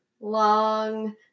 long